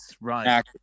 right